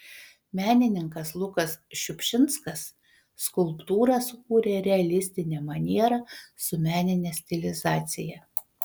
menininkas lukas šiupšinskas skulptūrą sukūrė realistine maniera su menine stilizacija